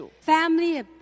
Family